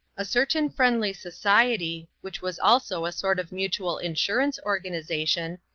a certain friendly society, which was also a sort of mutual insurance organization,